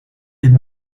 did